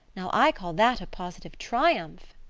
now, i call that a positive triumph.